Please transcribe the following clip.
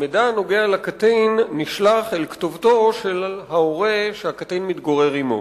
המידע הנוגע לקטין נשלח לכתובתו של ההורה שהקטין מתגורר עמו.